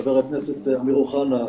חבר הכנסת אמיר אוחנה,